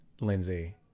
Lindsay